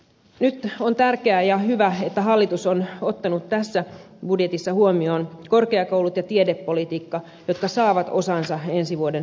nyt on tärkeää ja hyvä että hallitus on ottanut tässä budjetissa huomioon korkeakoulut ja tiedepolitiikan jotka saavat osansa ensi vuoden budjetista